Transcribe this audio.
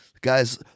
Guys